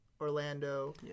Orlando